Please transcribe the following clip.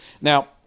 Now